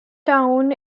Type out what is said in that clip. town